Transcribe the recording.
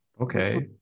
Okay